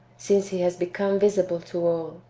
since he has become visible to all.